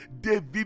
David